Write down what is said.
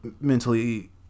mentally